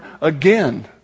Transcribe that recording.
again